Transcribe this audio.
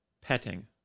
petting